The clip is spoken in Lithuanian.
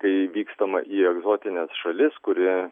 kai vykstama į egzotines šalis kuri